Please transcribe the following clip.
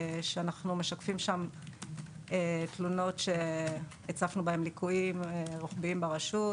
אנחנו משקפים שם תלונות שהצפנו בהן ליקויים רוחביים ברשות,